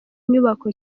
nyubako